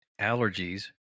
allergies